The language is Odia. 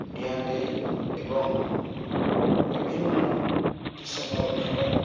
ଡିଆଁ ଡ଼େଇଁ ଏବଂ ବିଭିନ୍ନ କିସମର ଖେଳ